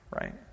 Right